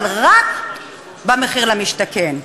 אבל רק במחיר למשתכן.